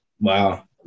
Wow